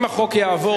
אם החוק יעבור,